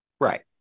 Right